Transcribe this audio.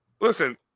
Listen